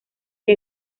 que